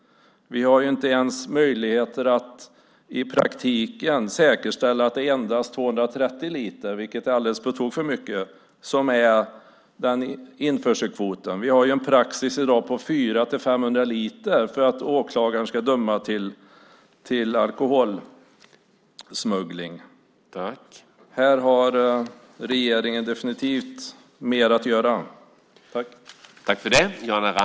Vi har inte ens möjligheter att i praktiken säkerställa att endast 230 liter förs in - vilket är alldeles på tok för mycket. Det är införselkvoten. Vi har en praxis i dag på 400-500 liter för att åklagaren ska döma för alkoholsmuggling. Här har regeringen definitivt mer att göra.